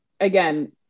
again